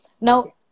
Now